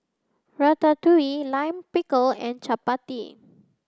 Ratatouille Lime Pickle and Chapati